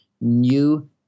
new